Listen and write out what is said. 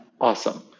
Awesome